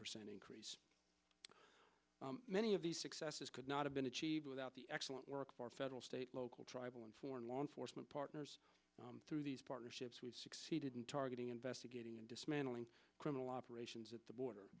percent increase in many of the successes could not have been achieved without the excellent work for federal state local tribal and foreign law enforcement partners through these partnerships we succeeded in targeting investigating and dismantling criminal operations at the border